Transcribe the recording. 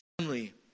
family